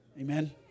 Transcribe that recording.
Amen